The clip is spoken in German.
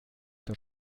der